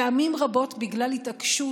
פעמים רבות בגלל התעקשות